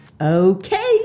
Okay